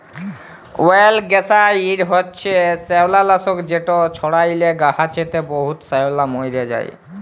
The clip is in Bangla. অয়েলগ্যাসাইড হছে শেওলালাসক যেট ছড়াইলে গাহাচে বহুত শেওলা মইরে যায়